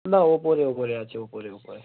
না ওপরে ওপরে আছে ওপরে ওপরে